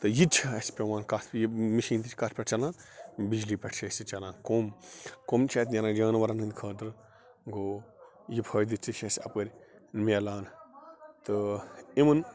تہٕ یَتہِ چھِ اَسہِ پیٚوان کَتھ مِشین چھِ کَتھ پٮ۪ٹھ چَلان بِجلی پٮ۪ٹھ چھِ اَسہِ یہِ چَلان کوٚم کوٚم چھِ اَتہِ نیٚران جانوَرن ہٕنٛدۍ خٲطرٕ گوٚو یہِ فٲیدِ تہِ چھُ اَسہِ اَپٲر میٚلان تہٕ اِوٕن